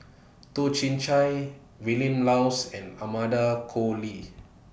Toh Chin Chye Vilma Laus and Amanda Koe Lee